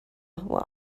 were